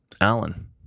Alan